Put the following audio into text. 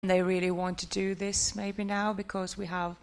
הם באמת רוצים לעשות את זה, אולי עכשיו, בגלל שיש לנו...